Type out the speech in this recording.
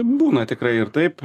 būna tikrai ir taip